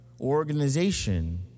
organization